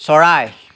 চৰাই